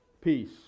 peace